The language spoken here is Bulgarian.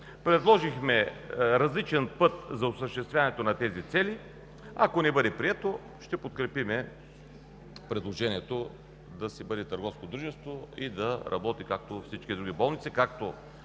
Предложихме различен път за осъществяването на тези цели. Ако не бъде прието, ще подкрепим предложението да бъде търговско дружество и да работи както всички други болници,